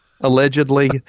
Allegedly